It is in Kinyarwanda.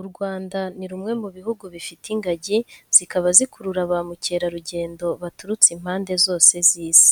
U Rwanda ni rumwe mu bihugu bifite ingagi, zikaba zikurura ba mukerarugendo baturutse impande zose z'isi.